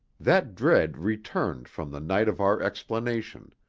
that dread returned from the night of our explanation,